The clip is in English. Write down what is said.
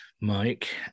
Mike